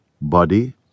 body